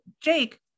Jake